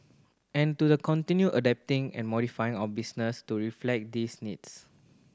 and to the continue adapting and modifying our business to reflect these needs